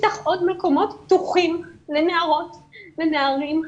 תפתח עוד מקומות פתוחים לנערות ולנערים,